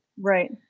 Right